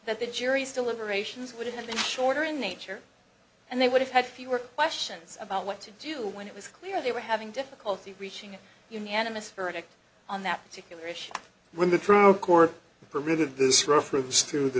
that the jury's deliberations would have been shorter in nature and they would have had fewer questions about what to do when it was clear they were having difficulty reaching a unanimous verdict on that particular issue when the trial court permitted this reference to the